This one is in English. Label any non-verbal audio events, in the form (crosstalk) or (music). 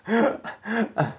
(laughs)